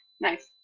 Nice